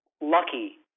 lucky